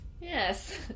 Yes